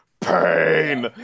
pain